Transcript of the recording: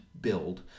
build